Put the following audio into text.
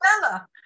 Bella